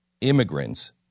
immigrants